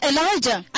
Elijah